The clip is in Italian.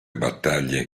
battaglie